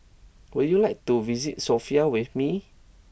would you like to visit Sofia with me